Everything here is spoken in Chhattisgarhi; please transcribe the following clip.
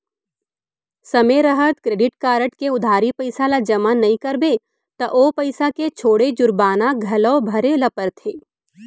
समे रहत क्रेडिट कारड के उधारी पइसा ल जमा नइ करबे त ओ पइसा के छोड़े जुरबाना घलौ भरे ल परथे